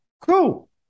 Cool